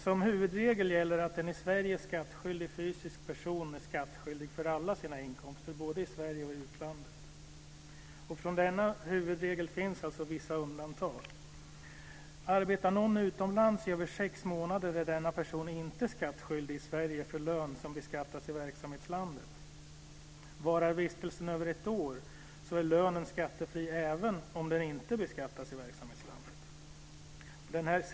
Som huvudregel gäller att en i Sverige skattskyldig fysisk person är skattskyldig för alla sina inkomster, både i Sverige och i utlandet. Från denna huvudregel finns alltså vissa undantag. Arbetar någon utomlands i över sex månader är denna person inte skattskyldig i Sverige för lön som beskattas i verksamhetslandet. Varar vistelsen över ett år är lönen skattefri även om den inte beskattas i verksamhetslandet.